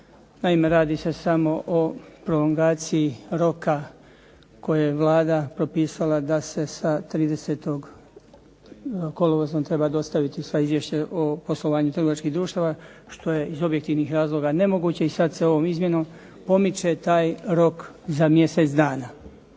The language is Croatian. Naime, radi se samo o prolongaciji roka kojeg je Vlada propisala da se sa 30. kolovozom treba dostaviti sva izvješća o poslovanju trgovačkih društava što je iz objektivnih razloga nemoguće i sad se ovom izmjenom pomiče taj rok za mjesec dana.